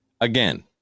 Again